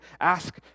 ask